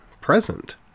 present